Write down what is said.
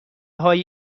هایی